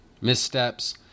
missteps